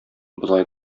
болай